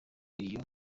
iyo